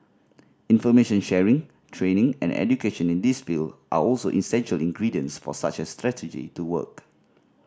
information sharing training and education in this field are also essential ingredients for such a strategy to work